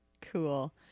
Cool